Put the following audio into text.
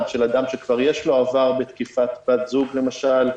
של אדם שכבר יש לו עבר בתקיפת בת זוג למשל.